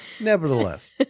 Nevertheless